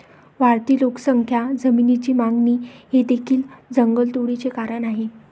वाढती लोकसंख्या, जमिनीची मागणी हे देखील जंगलतोडीचे कारण आहे